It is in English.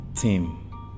team